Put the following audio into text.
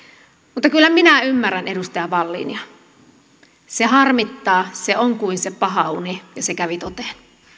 mutta kyllä minä ymmärrän edustaja wallinia se harmittaa se on kuin se paha uni ja se kävi toteen